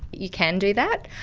you can do that.